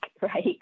right